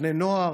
בני נוער,